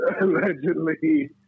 allegedly